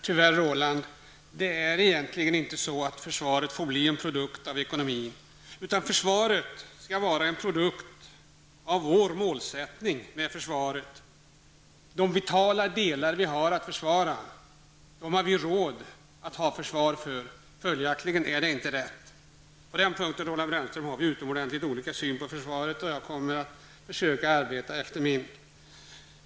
Herr talman! Tyvärr får försvaret egentligen, Roland Brännström, bli en produkt av ekonomin, utan det skall vara en produkt av vår målsättning för försvaret. Vi har råd att ha ett försvar för de vitala tillgångar som vi vill värna. På den punkten har vi, Roland Brännström, utomordentligt olika syn på försvaret, och jag kommer att försöka att arbeta i enlighet med min syn.